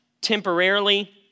temporarily